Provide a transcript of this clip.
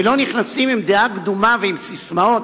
ולא נכנסים עם דעה קדומה וססמאות,